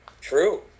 true